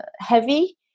heavy